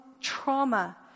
trauma